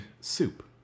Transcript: Soup